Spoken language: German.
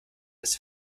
ist